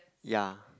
ya